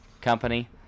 company